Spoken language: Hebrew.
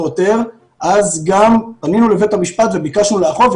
עותר אז גם פנינו לבית המשפט וביקשנו לאכוף,